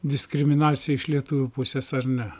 diskriminacija iš lietuvių pusės ar ne